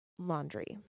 Laundry